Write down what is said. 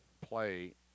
play